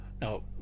Now